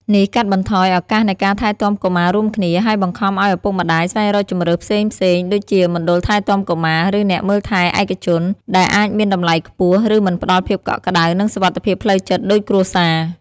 នេះកាត់បន្ថយឱកាសនៃការថែទាំកុមាររួមគ្នា ហើយបង្ខំឱ្យឪពុកម្ដាយស្វែងរកជម្រើសផ្សេងៗដូចជាមណ្ឌលថែទាំកុមារ ឬអ្នកមើលថែឯកជន ដែលអាចមានតម្លៃខ្ពស់ ឬមិនផ្ដល់ភាពកក់ក្ដៅ និងសុវត្ថិភាពផ្លូវចិត្តដូចគ្រួសារ។